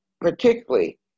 particularly